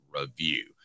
review